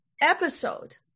episode